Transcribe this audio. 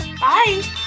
Bye